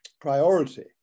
priority